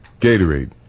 Gatorade